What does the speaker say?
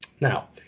Now